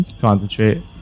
concentrate